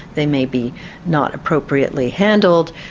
they may be not appropriately handled,